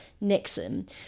Nixon